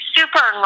super